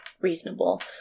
reasonable